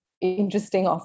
interesting